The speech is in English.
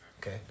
Okay